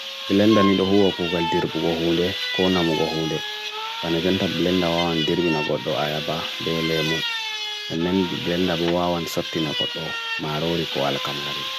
Bilenda nidohu wa pukal dirbu kohunde, konamu kohunde, banajanta bilenda waan dirbi na koto ayaba, de lemu, nnen bilenda waan sati na koto, marori ko alakamari.